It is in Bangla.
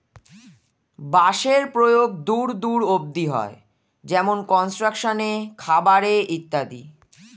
বাঁশের প্রয়োগ দূর দূর অব্দি হয়, যেমন কনস্ট্রাকশন এ, খাবার এ ইত্যাদি